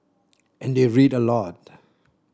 and they read a lot